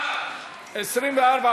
24,